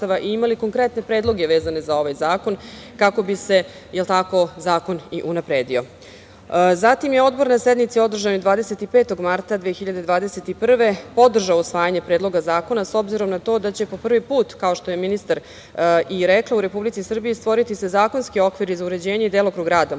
i imali konkretne predloge vezane za ovaj zakon, kako bi se zakon i unapredio. Zatim je Odbor na sednici održanoj 25. marta 2021. godine podržao usvajanje Predloga zakona, s obzirom na to da će se po prvi put, kao što je ministar i rekla, u Republici Srbiji stvoriti zakonski okviri za uređenje i delokrug rada